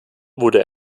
wurde